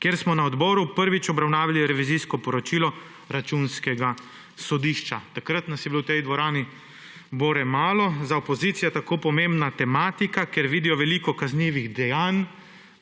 kjer smo na odboru prvič obravnavali revizijsko poročilo Računskega sodišča. Takrat nas je bilo v tej dvorani bore malo, za opozicijo tako pomembna tematika, ker vidijo veliko kaznivih dejanj,